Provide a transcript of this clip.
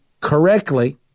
correctly